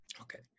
okay